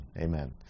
Amen